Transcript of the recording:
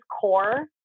core